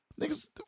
niggas